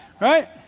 Right